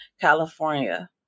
California